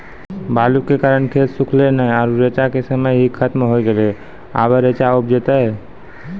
बालू के कारण खेत सुखले नेय आरु रेचा के समय ही खत्म होय गेलै, अबे रेचा उपजते?